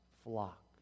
flock